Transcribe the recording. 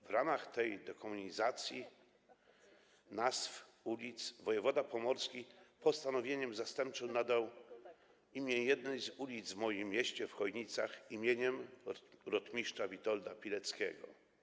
W ramach tej dekomunizacji nazw ulic wojewoda pomorski postanowieniem zastępczym nadał jednej z ulic w moim mieście, w Chojnicach, imię rtm. Witolda Pileckiego.